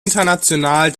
international